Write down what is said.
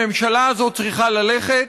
הממשלה הזאת צריכה ללכת,